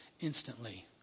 instantly